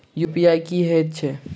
UPI की हएत छई?